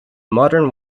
modern